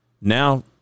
Now